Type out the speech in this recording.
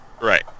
Right